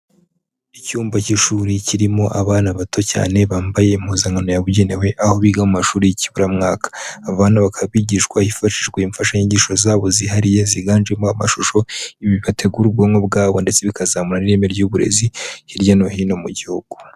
Icyumba cy'ishuri kirimo abana bato cyane bambaye impuzankano yabugenewe, aho biga mu mashuri y'ikiburamwaka. Aba bana bakaba bigishwa hifashishwae imfashanyigisho zabo zihariye ziganjemo amashusho, ibi bibategura ubwonko bwabo ndetse bikazamura n'ireme ry'uburezi hirya no hino mu gihugu.